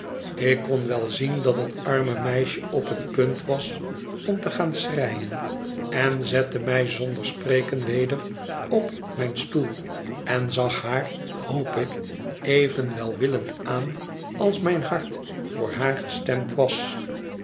ik kon wel zien dat het arme meisje op het punt was om te gaan schreien en zette mij zonder spreken weder op mijn stoel en zag haar hoop ik even welwillend aan als mijn hart voor haar gestemd was